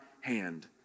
hand